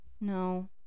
No